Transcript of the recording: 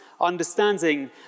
understanding